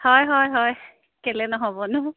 হয় হয় হয় কেলৈ নহ'বনো